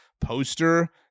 poster